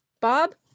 Bob